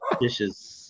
Dishes